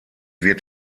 wird